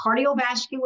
cardiovascular